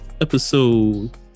episode